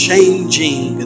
changing